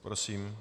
Prosím.